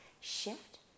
shift